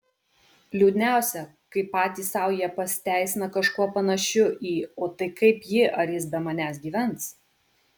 liūdniausia kai patys sau jie pasiteisina kažkuo panašiu į o tai kaip ji ar jis be manęs gyvens